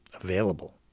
available